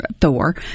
Thor